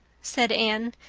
said anne,